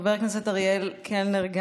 חבר הכנסת אריאל קלנר,